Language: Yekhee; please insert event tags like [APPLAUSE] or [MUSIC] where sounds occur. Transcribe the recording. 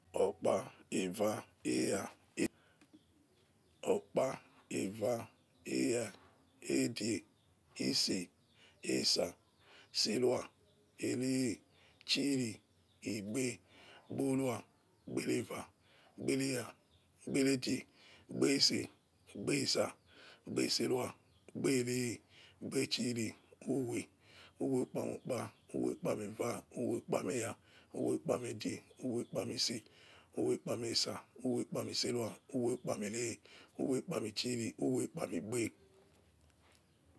Okpa, eva, era, [HESITATION] okpa, eva, era, edie, ise, esa, serua, ere, chiri, igbe, gorua, gbereva, guere eva, guere edi, guere isie, igbe esa, igbe iserua, igbe ere, igbe ichiri, uwe, uwe ukpami okpa, uwe ukpami eva, uwe ukpami era, uwe ukpami edie, uwe ukpami ise, uwe ukpami esa, uwe ukpami iserua, uwe ukpami eve, uwe ukpami ichiri, uwe ukpami igbe,